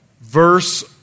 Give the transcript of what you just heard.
verse